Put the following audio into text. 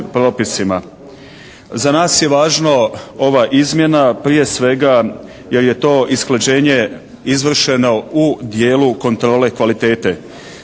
Za nas je važno ova izmjena prije svega jer je to usklađenje izvršeno u dijelu kontrole kvalitete.